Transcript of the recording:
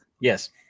yes